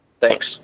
Thanks